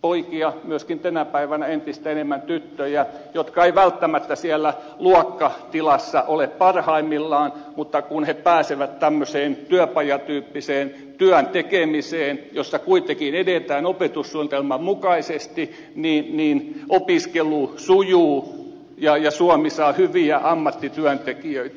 poikia myöskin tänä päivänä entistä enemmän tyttöjä jotka eivät välttämättä siellä luokkatilassa ole parhaimmillaan mutta kun he pääsevät tämmöiseen työpajatyyppiseen työn tekemiseen jossa kuitenkin edetään opetussuunnitelman mukaisesti niin opiskelu sujuu ja suomi saa hyviä ammattityöntekijöitä